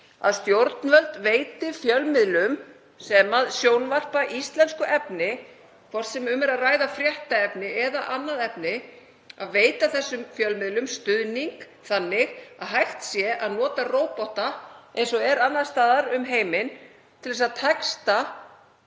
að stjórnvöld veiti fjölmiðlum sem sjónvarpa íslensku efni, hvort sem um er að ræða fréttaefni eða annað efni, stuðning þannig að hægt sé að nota róbóta, eins og er annars staðar um heiminn, til að texta